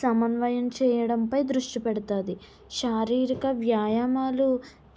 సమన్వయం చేయడంపై దృష్టి పెడుతుంది శారీరిక వ్యాయామాలు